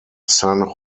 san